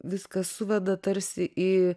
viską suveda tarsi į